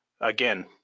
Again